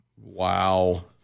Wow